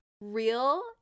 real